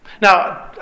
now